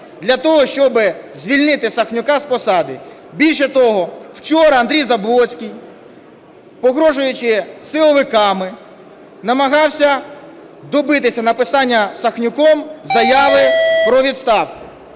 для того, щоб звільнити Сахнюка з посади. Більше того, вчора Андрій Заблоцький, погрожуючи силовиками, намагався добитися написання Сахнюком заяви про відставку.